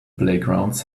playgrounds